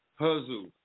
Huzzle